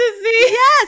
yes